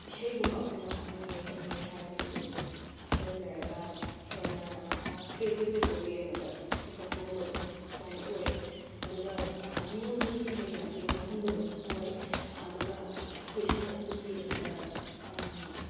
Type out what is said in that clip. ꯏꯁꯩꯒꯨꯝꯕ ꯑꯩꯈꯣꯏꯅ ꯍꯥꯞꯅꯤꯡꯉꯦ ꯈꯣꯠꯅꯤꯡꯉꯦ ꯍꯥꯏꯔꯒꯁꯨ ꯑꯗꯨꯝ ꯍꯥꯞꯆꯤꯟꯖꯔꯒ ꯍꯦꯟꯅ ꯀ꯭ꯔꯤꯌꯦꯇꯤꯚ ꯑꯣꯏꯕ ꯋꯦ ꯑꯃꯗ ꯄꯨꯊꯣꯛꯄꯒꯨꯝꯕꯗꯣ ꯑꯗꯨꯃꯥꯏꯅ ꯑꯣꯏ ꯑꯗꯨꯒ ꯃꯤꯉꯣꯟꯗꯁꯨ ꯍꯦꯟꯅ ꯌꯦꯡꯅꯤꯡꯍꯟꯕꯗꯣ ꯑꯣꯏ ꯑꯗꯨꯒ ꯑꯩꯈꯣꯏ ꯏꯁꯥꯅꯁꯨ ꯑꯗꯨꯝ ꯌꯦꯡꯕꯗ